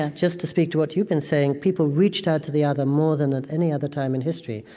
ah just to speak to what you've been saying, people reached out to the other more than at any other time in history.